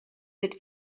that